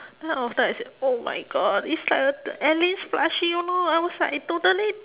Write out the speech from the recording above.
then after I see oh my god it's like a the alyn's plushie oh no I was like I totally